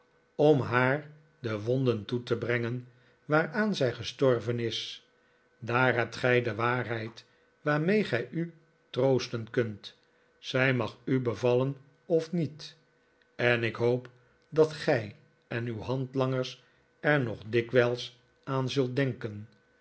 om haar de wonden toe te brengen waaraan zij gestorven is daar hebt gij de waarheid waarmee gij u troosten kunt zij mag u bevallen of niet en ik hoop dat gij en uw handlangers er nog dikwijls aan zult denken